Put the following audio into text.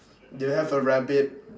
do you have a rabbit